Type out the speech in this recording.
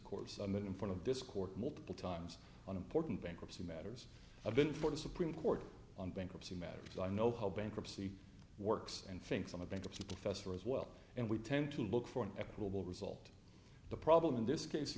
court some in front of this court multiple times on important bankruptcy matters i've been for the supreme court on bankruptcy matters so i know how bankruptcy works and thinks i'm a bankruptcy professor as well and we tend to look for an equitable result the problem in this case